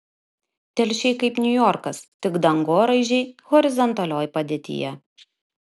telšiai kaip niujorkas tik dangoraižiai horizontalioj padėtyje